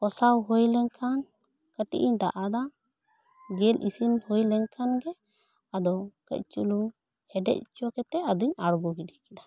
ᱠᱚᱥᱟᱣ ᱦᱩᱭ ᱞᱮᱱ ᱠᱷᱟᱱ ᱠᱟᱹᱴᱤᱡ ᱤᱧ ᱫᱟᱜ ᱟᱫᱟ ᱡᱤᱞ ᱤᱥᱤᱱ ᱦᱩᱭ ᱞᱮᱱ ᱠᱷᱟᱱ ᱜᱮ ᱟᱫᱚ ᱠᱟᱹᱡ ᱪᱩᱞᱩᱝ ᱦᱮᱰᱮᱡ ᱪᱚ ᱠᱟᱛᱮᱜ ᱤᱧ ᱟᱬᱜᱚ ᱜᱤᱰᱤ ᱠᱮᱫᱟ